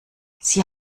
sie